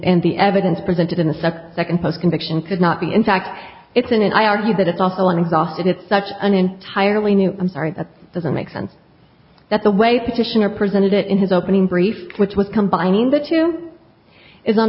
and the evidence presented in the sept second post conviction could not be in fact it's in and i argue that it's also an exhausted it's such an entirely new i'm sorry that doesn't make sense that the way petitioner presented it in his opening brief which was combining the two is an